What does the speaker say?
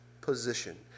position